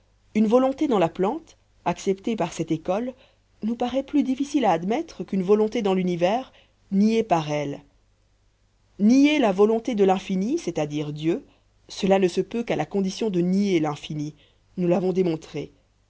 une volonté dans la plante acceptée par cette école nous paraît plus difficile à admettre qu'une volonté dans l'univers niée par elle nier la volonté de l'infini c'est-à-dire dieu cela ne se peut qu'à la condition de nier l'infini nous l'avons démontré